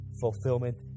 fulfillment